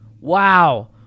Wow